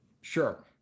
Sure